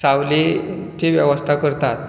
सावलीची वेवस्था करतात